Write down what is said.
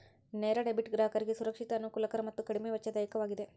ನೇರ ಡೆಬಿಟ್ ಗ್ರಾಹಕರಿಗೆ ಸುರಕ್ಷಿತ, ಅನುಕೂಲಕರ ಮತ್ತು ಕಡಿಮೆ ವೆಚ್ಚದಾಯಕವಾಗಿದೆ